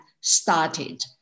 started